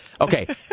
Okay